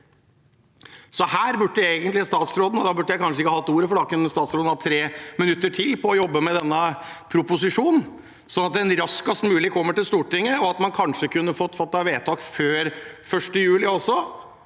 er noe som taler mot dem. Jeg burde kanskje ikke tatt ordet, for da kunne statsråden hatt tre minutter til på å jobbe med denne proposisjonen, sånn at den raskest mulig kommer til Stortinget, og at man kanskje kunne fått fattet vedtak før 1. juli også,